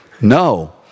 No